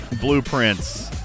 blueprints